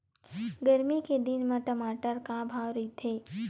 गरमी के दिन म टमाटर का भाव रहिथे?